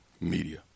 Media